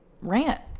rant